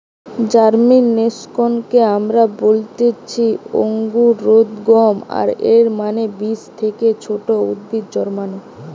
জার্মিনেশনকে আমরা বলতেছি অঙ্কুরোদ্গম, আর এর মানে বীজ থেকে ছোট উদ্ভিদ জন্মানো